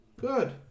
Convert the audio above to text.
Good